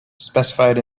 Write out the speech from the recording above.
specified